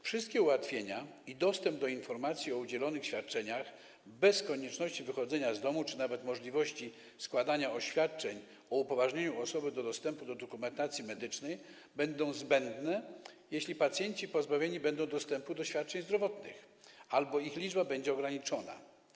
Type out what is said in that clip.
Wszystkie ułatwienia i dostęp do informacji o udzielonych świadczeniach bez konieczności wychodzenia z domu czy nawet składania oświadczenia o upoważnieniu osoby do dostępu do dokumentacji medycznej będą zbędne, jeśli pacjenci pozbawieni będą dostępu do świadczeń zdrowotnych albo liczba tych świadczeń będzie ograniczona.